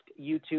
YouTube